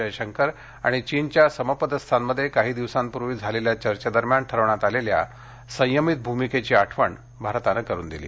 जयशंकर आणि चीनच्या समपदस्थांमध्ये काही दिवसांपूर्वी झालेल्या चर्चेदरम्यान ठरवण्यात आलेल्या संयमित भूमिकेची आठवण भारतानं करुन दिली